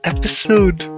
Episode